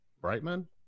Brightman